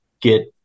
get